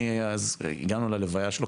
הגענו ללוויה שלו,